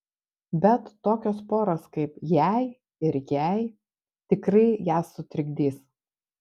bet tokios poros kaip jei ir jai tikrai ją sutrikdys